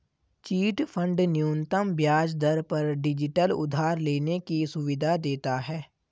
chit fund न्यूनतम ब्याज दर पर डिजिटल उधार लेने की सुविधा देता है